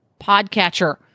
podcatcher